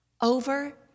over